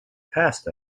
passed